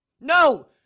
No